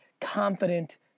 confident